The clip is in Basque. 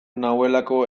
nauelako